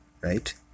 right